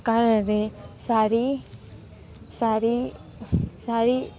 કારણે સારી સારી સારી